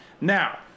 now